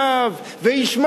משם.